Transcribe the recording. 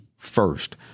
First